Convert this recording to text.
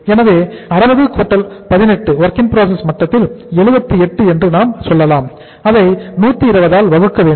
எனவே 60 18 WIP மட்டத்தில் 78 என்று நாம் சொல்லலாம் அதை 120 ஆல் வகுக்க வேண்டும்